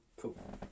Cool